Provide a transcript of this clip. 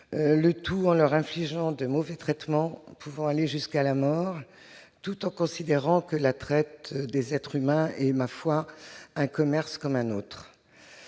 le tout en leur infligeant de mauvais traitements pouvant aller jusqu'à la mort. Ils considèrent que la traite des êtres humains est un commerce comme un autre.